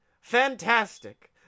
fantastic